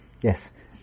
yes